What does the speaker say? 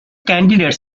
candidates